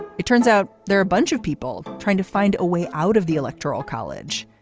it turns out there are bunch of people trying to find a way out of the electoral college.